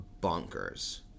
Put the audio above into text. bonkers